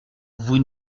vous